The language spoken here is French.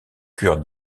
cure